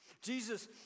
Jesus